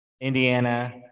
Indiana